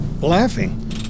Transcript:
laughing